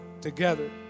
together